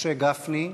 משה גפני?